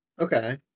Okay